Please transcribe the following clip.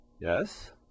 yes